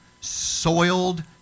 soiled